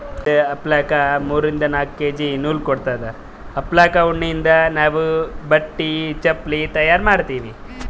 ಒಂದ್ ಅಲ್ಪಕಾ ಮೂರಿಂದ್ ನಾಕ್ ಕೆ.ಜಿ ನೂಲ್ ಕೊಡತ್ತದ್ ಅಲ್ಪಕಾ ಉಣ್ಣಿಯಿಂದ್ ನಾವ್ ಬಟ್ಟಿ ಚಪಲಿ ತಯಾರ್ ಮಾಡ್ತೀವಿ